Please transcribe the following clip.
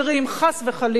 חס וחלילה,